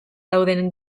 dauden